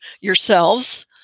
yourselves